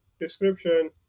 description